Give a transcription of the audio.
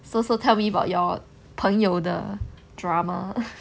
so so tell me about your 朋友的 drama